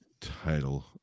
title